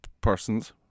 Persons